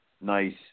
nice